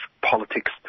politics